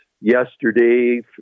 yesterday